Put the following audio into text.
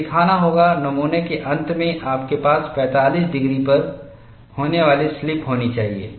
मुझे दिखाना होगा नमूने के अंत में आपके पास 45 डिग्री पर होने वाली स्लिप होनी चाहिए